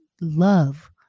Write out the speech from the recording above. love